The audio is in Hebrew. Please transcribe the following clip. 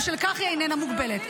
ובשל כך היא איננה מוגבלת.